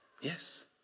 Yes